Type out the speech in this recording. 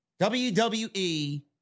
WWE